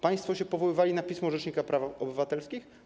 Państwo powoływali się na pismo rzecznika praw obywatelskich.